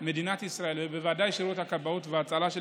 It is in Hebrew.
מדינת ישראל ובוודאי שירות הכבאות וההצלה של